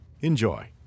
Enjoy